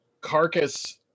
carcass